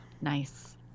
Nice